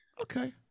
Okay